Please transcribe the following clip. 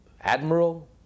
Admiral